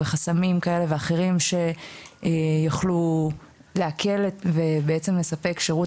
וחסמים כאלה ואחרים שיוכלו להקל ולספק שרות